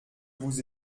vous